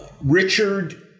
Richard